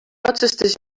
otsustas